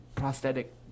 Prosthetic